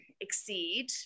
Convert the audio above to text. exceed